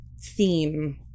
theme